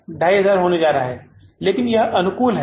यह 2500 होने जा रहा है लेकिन यह अनुकूल है